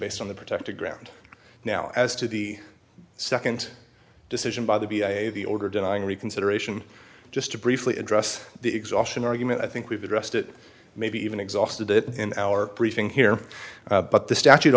based on the protected ground now as to the second decision by the b i a the order denying reconsideration just to briefly address the exhaustion argument i think we've addressed it maybe even exhausted it in our briefing here but the statute